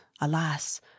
alas